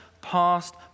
past